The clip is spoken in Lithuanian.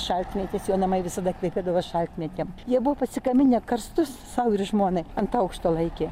šaltmėtės jo namai visada kvepėdavo šaltmėtėm jie buvo pasikabinę karstus sau ir žmonai ant aukšto laikė